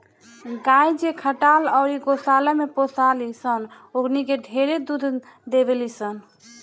गाय जे खटाल अउरी गौशाला में पोसाली सन ओकनी के ढेरे दूध देवेली सन